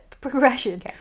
progression